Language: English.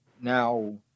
Now